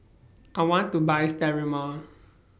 I want to Buy Sterimar